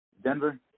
Denver